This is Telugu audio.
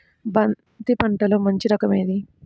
బంతి పంటలో మంచి రకం ఏది?